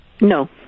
No